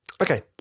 Okay